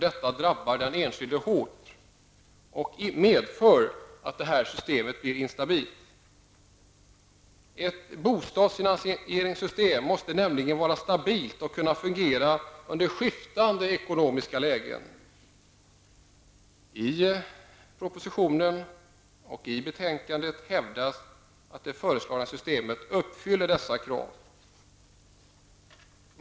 Detta drabbar den enskilde hårt och medför att systemet blir instabilt. Ett bostadsfinansieringssystem måste nämligen vara stabilt och kunna fungera i skiftande ekonomiska lägen. I propositionen och i betänkandet hävdas att det föreslagna systemet uppfyller dessa krav.